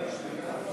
ואני אקשיב לעמדתו.